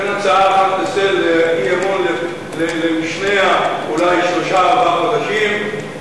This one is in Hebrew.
שבין הצעת אי-אמון אחת למשנהָ אולי שלושה-ארבעה חודשים,